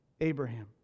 Abraham